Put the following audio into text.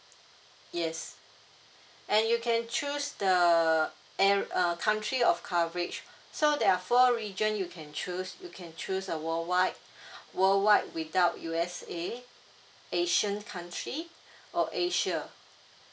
yes and you can choose the ar~ err country of coverage so there are four region you can choose you can choose a worldwide worldwide without U_S_A ASEAN country or asia